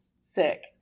Sick